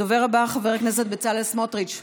הדובר הבא, חבר הכנסת בצלאל סמוטריץ'.